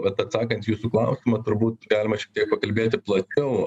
vat atsakant į jūsų klausimą turbūt galima šiek tiek pakalbėti plačiau